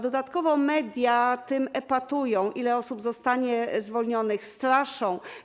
Dodatkowo media epatują tym, ile osób zostanie zwolnionych, straszą.